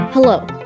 Hello